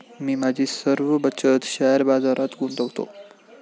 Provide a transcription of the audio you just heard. मी माझी सर्व बचत शेअर बाजारात गुंतवतो